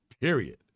period